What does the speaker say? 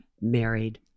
married